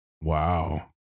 wow